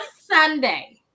Sunday